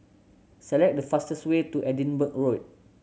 select the fastest way to Edinburgh Road